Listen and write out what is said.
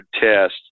test